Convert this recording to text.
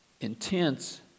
intense